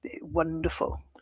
wonderful